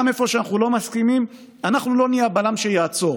גם איפה שאנחנו לא מסכימים אנחנו לא נהיה הבלם שיעצור,